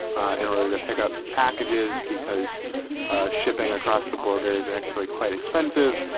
ah in order to pick up packages because shipping across the border is actually quite expensive.